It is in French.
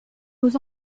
nos